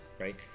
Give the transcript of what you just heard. right